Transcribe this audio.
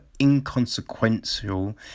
inconsequential